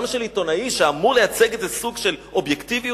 גם של עיתונאי שאמור לייצג איזה סוג של אובייקטיביות?